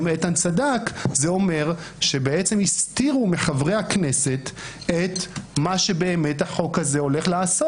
זה אומר שבעצם הסתירו מחברי הכנסת את מה שבאמת החוק הזה הולך לעשות,